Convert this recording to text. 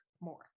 more